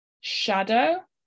shadow